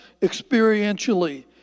experientially